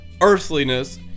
earthliness